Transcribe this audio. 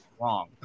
wrong